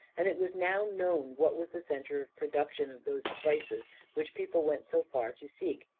and it was now known what was the centre of production of those spices which people went so far to seek,